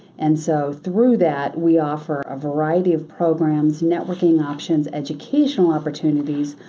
and so through that, we offer a variety of programs, networking options, educational opportunities.